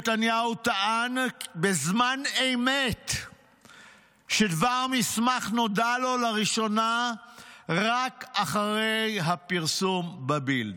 נתניהו טען בזמן אמת שדבר המסמך נודע לו לראשונה רק אחרי הפרסום בבילד.